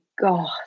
god